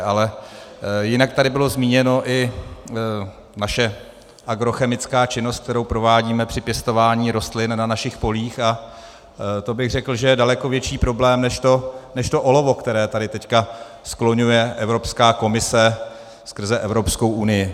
Ale jinak tady byla zmíněna i naše agrochemická činnost, kterou provádíme při pěstování rostlin na našich polích, a to bych řekl, že je daleko větší problém než to olovo, které tady teď skloňuje Evropská komise skrze Evropskou unii.